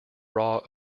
raw